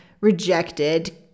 rejected